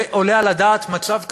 זה עולה על הדעת, מצב כזה?